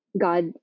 God